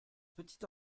petit